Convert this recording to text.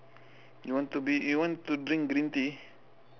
you want to be you want to drink green tea